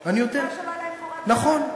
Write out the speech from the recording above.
נכון, אני יודע, נכון.